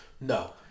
No